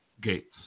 Gates